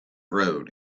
road